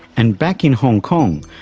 and back in hong kong,